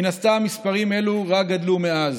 מן הסתם מספרים אלו רק גדלו מאז.